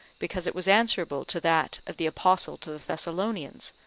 because it was answerable to that of the apostle to the thessalonians,